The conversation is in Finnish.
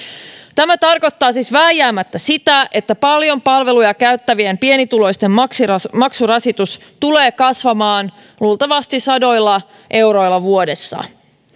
tämä tarkoittaa siis vääjäämättä sitä että paljon palveluja käyttävien pienituloisten maksurasitus maksurasitus tulee kasvamaan luultavasti sadoilla euroilla vuodessa